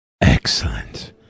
Excellent